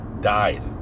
died